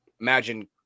imagine